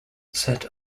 set